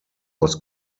was